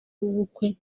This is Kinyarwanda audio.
w’ubukwe